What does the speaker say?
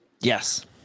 Yes